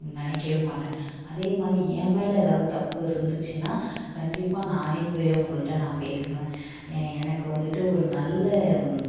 நினைக்கவே மாட்டேன் அதே மாதிரி என் மேல எதாவது தப்பு இருந்துச்சுனால் கண்டிப்பாக நானே போய் அவங்கள்ட்ட நான் பேசுவேன் எனக்கு வந்துட்டு ஒரு நல்ல